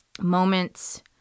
moments